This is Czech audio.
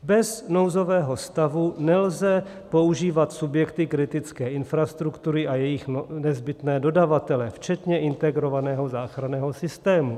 Bez nouzového stavu nelze používat subjekty kritické infrastruktury a její nezbytné dodavatele, včetně integrovaného záchranného systému.